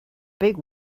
big